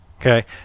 Okay